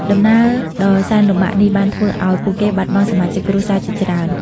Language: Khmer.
ដំណើរដ៏សែនលំបាកនេះបានធ្វើឲ្យពួកគេបាត់បង់សមាជិកគ្រួសារជាច្រើន។